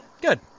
Good